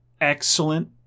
excellent